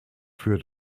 für